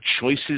choices